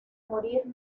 morir